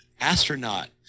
astronaut